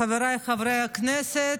חבריי חברי הכנסת,